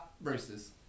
Roosters